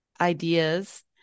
ideas